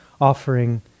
offering